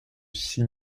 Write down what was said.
six